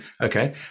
Okay